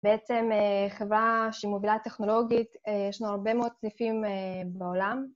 בעצם חברה שמובילה טכנולוגית, יש לנו הרבה מאוד סניפים בעולם.